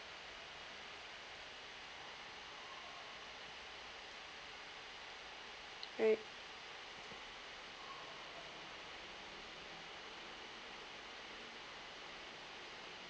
right